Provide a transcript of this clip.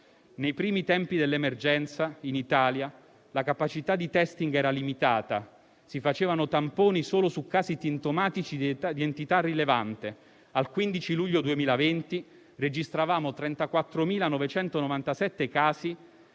Nei primi tempi dell'emergenza la capacità di *testing* in Italia era limitata, in quanto si facevano tamponi solo su casi sintomatici di entità rilevante. Al 15 luglio 2020 registravamo 34.997 casi